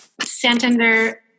Santander